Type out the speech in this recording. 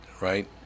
right